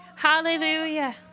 hallelujah